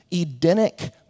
Edenic